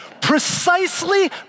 precisely